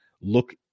look